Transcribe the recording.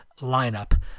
lineup